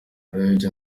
urebye